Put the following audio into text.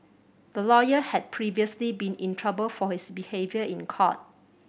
the lawyer had previously been in trouble for his behaviour in court